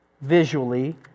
visually